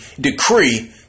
decree